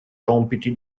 compiti